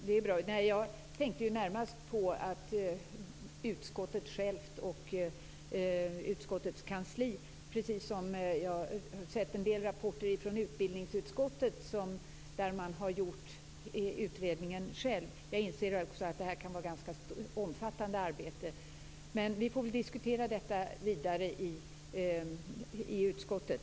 Fru talman! Jag tänkte närmast på utskottet självt och utskottets kansli, precis som i en del rapporter jag har sett från utbildningsutskottet där man har gjort utredningen själv. Jag inser också att detta kan vara ett ganska omfattande arbete. Vi får väl diskutera det vidare i utskottet.